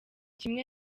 kimwe